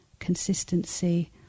consistency